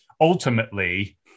ultimately